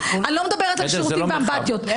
אני לא מדברת על שירותים ואמבטיות.